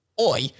Oi